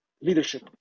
leadership